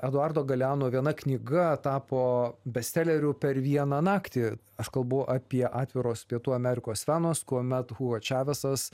eduardo galeano viena knyga tapo bestseleriu per vieną naktį aš kalbu apie atviros pietų amerikos venos kuomet hugo čavesas